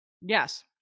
Yes